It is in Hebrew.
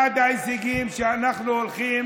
אחד ההישגים שאנחנו הולכים